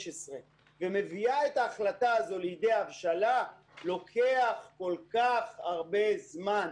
ומביאה את ההחלטה הזו לידי הבשלה לוקח כל כך הרבה זמן.